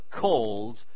called